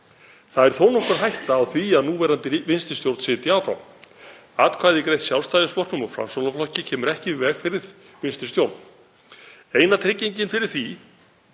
Það er þó nokkur hætta á því að núverandi vinstri stjórn sitji áfram. Atkvæði greitt Sjálfstæðisflokknum og Framsóknarflokki kemur ekki í veg fyrir vinstri stjórn. Eina tryggingin fyrir því